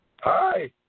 Hi